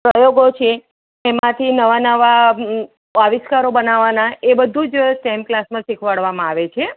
પ્રયોગો છે એમાંથી નવા નવા આવિષ્કારો બનવવાના એ બધું જ સ્ટેમ ક્લાસમાં શિખવાડવામાં આવે છે